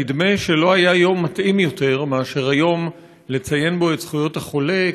נדמה שלא היה יום מתאים יותר מאשר היום לציין בו את יום החולה,